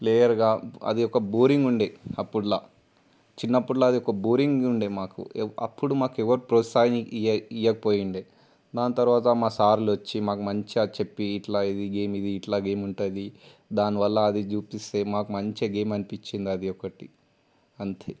ప్లేయర్గా అది ఒక బోరింగ్ ఉండేది అప్పట్లో చిన్నప్పట్లో అది బోరింగ్ ఉండేది మాకు అప్పుడు మాకు ఎవ్వరూ ప్రోత్సాహం ఇ ఇవ్వకపోతూ ఉండేది దాని తరువాత మా సార్లు వచ్చి మాకు మంచిగా చెప్పి ఇలా ఇది గేమ్ ఇది ఇలా గేమ్ ఉంటుంది దానివల్ల అది చూపిస్తే మాకు మంచిగా గేమ్ అనిపించింది అది ఒకటి అంతే